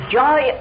joy